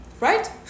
right